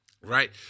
right